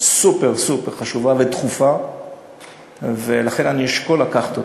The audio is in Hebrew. סופר-סופר חשובה ודחופה ולכן אני אשקול לקחת אותו.